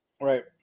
Right